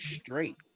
straight